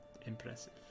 Impressive